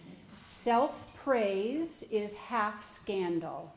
self praise is half scandal